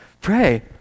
Pray